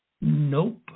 Nope